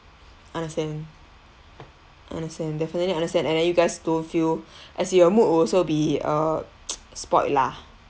understand understand definitely understand and then you guys don't feel as your mood would also be uh spoiled lah